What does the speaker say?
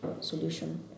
solution